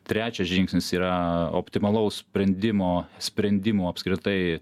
trečias žingsnis yra optimalaus sprendimo sprendimų apskritai